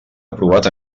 aprovat